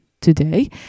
today